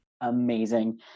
amazing